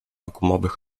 gumowych